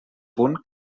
punt